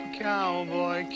cowboy